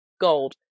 Gold